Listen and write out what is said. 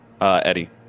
Eddie